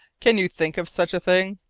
can you think of such a thing?